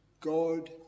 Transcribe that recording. God